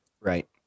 Right